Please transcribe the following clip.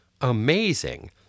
amazing